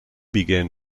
began